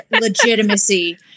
legitimacy